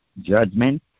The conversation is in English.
judgment